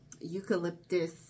eucalyptus